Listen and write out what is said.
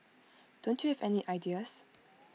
don't you have any ideas